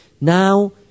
Now